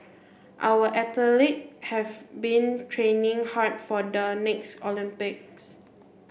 our athlete have been training hard for the next Olympics